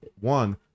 one